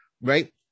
right